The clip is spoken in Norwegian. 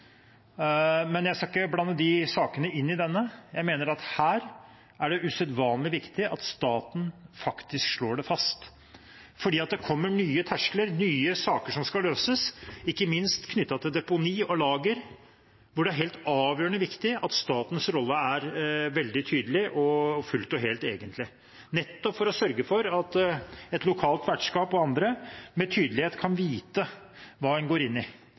Men jeg skal ikke blande de sakene inn i denne. Jeg mener at her er det usedvanlig viktig at staten slår dette fast. For det kommer nye terskler, nye saker som skal løses, ikke minst knyttet til deponi og lager, hvor det er helt avgjørende viktig at statens rolle er veldig tydelig og fullt og helt, egentlig, nettopp for å sørge for at et lokalt vertskap og andre med tydelighet kan vite hva en går inn i,